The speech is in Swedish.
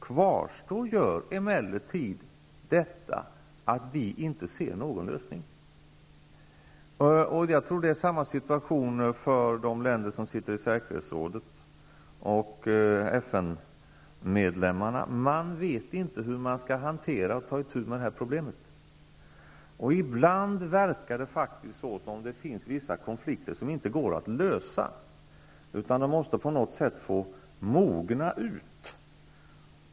Kvar står emellertid det faktum att vi inte ser någon lösning. Jag tror att situationen är densamma för de länder som finns med i Säkerhetsrådet och för FN medlemmarna. Man vet inte hur man skall hantera det här problemet. Ibland verkar det faktiskt finnas vissa konflikter som det inte går att få en lösning på. På något sätt måste de få mogna ut.